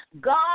God